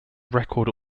record